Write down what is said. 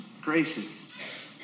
gracious